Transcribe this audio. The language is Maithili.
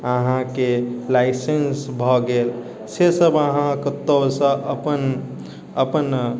अहाँके लाइसेन्स भए गेल से सभ अहाँ कतहुँ से अपन अपन